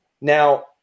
Now